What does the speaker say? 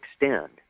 extend